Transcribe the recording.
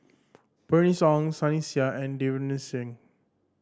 Bernice Ong Sunny Sia and Davinder Singh